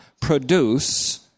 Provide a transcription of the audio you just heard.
produce